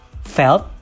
felt